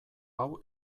hau